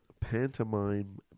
pantomime